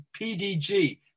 PDG